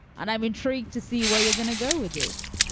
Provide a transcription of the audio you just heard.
and i'm intrigued to see why you're gonna go with this.